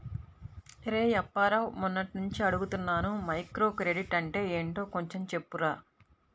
రేయ్ అప్పారావు, మొన్నట్నుంచి అడుగుతున్నాను మైక్రోక్రెడిట్ అంటే ఏంటో కొంచెం చెప్పురా